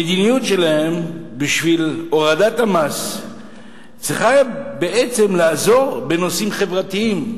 המדיניות שלהם בשביל הורדת המס צריכה בעצם לעזור בנושאים חברתיים,